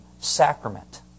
sacrament